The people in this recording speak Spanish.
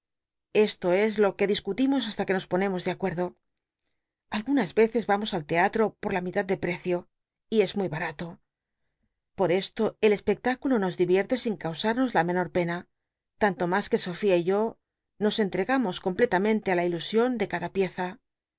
eslo es lo que discutimos hasta que nos ponemos de acuerdo algunas veces vamos al teatro por la mitad del precio y es muy har rtol por esto el espectáculo nos divierte sin causarnos la menor pena tan lo mas que sofía y yo nos entregamos completamente i la ilusion de coda pieza